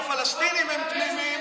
במפלגת העבודה,